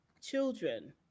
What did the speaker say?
children